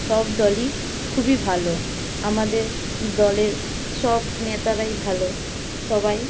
সব দলই খুবই ভালো আমাদের দলের সব নেতারাই ভালো সবাই